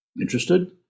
interested